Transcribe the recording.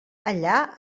allà